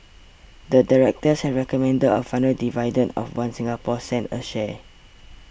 the directors have recommended a final dividend of One Singapore cent a share